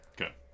Okay